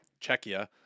Czechia